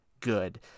good